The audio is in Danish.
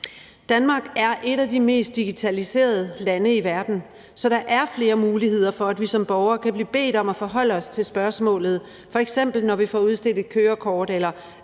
Danmark er et af de mest digitaliserede lande i verden, så der er flere muligheder for, at vi som borgere kan blive bedt om at forholde os til spørgsmålet, f.eks. når vi får udstedt et kørekort, eller